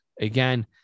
Again